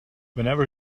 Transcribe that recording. whenever